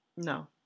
No